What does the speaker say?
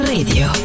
Radio